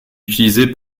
utilisée